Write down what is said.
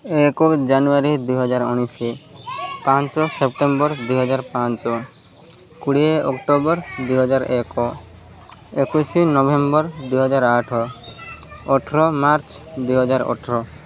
ଏକ ଜାନୁଆରୀ ଦୁଇ ହଜାର ଉଣେଇଶ ପାଞ୍ଚ ସେପ୍ଟେମ୍ବର୍ ଦୁଇ ହଜାର ପାଞ୍ଚ କୋଡ଼ିଏ ଅକ୍ଟୋବର୍ ଦୁଇ ହଜାର ଏକ ଏକୋଇଶ ନଭେମ୍ବର୍ ଦୁଇ ହଜାର ଆଠ ଅଠର ମାର୍ଚ୍ଚ୍ ଦୁଇ ହଜାର ଅଠର